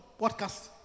podcast